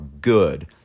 good